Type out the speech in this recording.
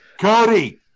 Cody